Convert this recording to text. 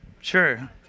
Sure